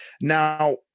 now